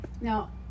now